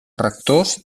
rectors